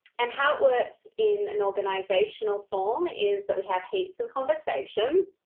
and how it works in an organisational form is that we have heaps of conversation.